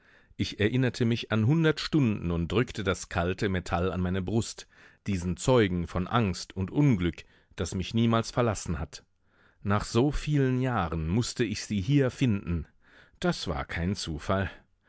ich erinnerte mich an hundert stunden und drückte das kalte metall an meine brust diesen zeugen von angst und unglück das mich niemals verlassen hatte nach so vielen jahren mußte ich sie hier finden das war kein zufall